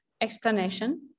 explanation